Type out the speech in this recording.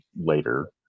later